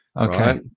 Okay